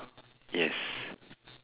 yes